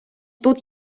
тут